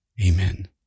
Amen